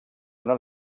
una